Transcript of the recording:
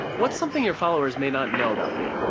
what's something your followers may not know about you?